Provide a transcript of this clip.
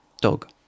Dog